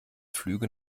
flüge